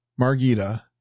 Margita